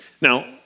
Now